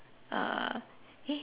uh eh